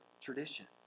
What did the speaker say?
tradition